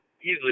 easily